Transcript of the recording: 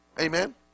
amen